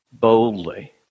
boldly